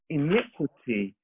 iniquity